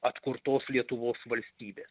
atkurtos lietuvos valstybės